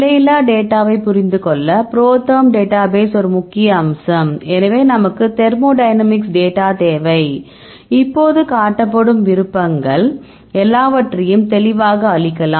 நிலையில்லா டேட்டாவை புரிந்துகொள்ள ProTherm database ஒரு முக்கிய அம்சம் எனவே நமக்கு தெர்மோடைனமிக்ஸ் டேட்டா தேவை இப்போது காட்டப்படும் விருப்பங்கள் எல்லாவற்றையும் தெளிவாக அழிக்கலாம்